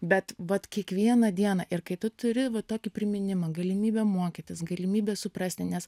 bet vat kiekvieną dieną ir kai tu turi va tokį priminimą galimybę mokytis galimybę suprasti nes